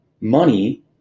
money